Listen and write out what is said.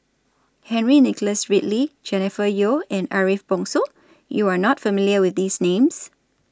Henry Nicholas Ridley Jennifer Yeo and Ariff Bongso YOU Are not familiar with These Names